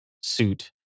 suit